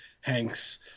Hanks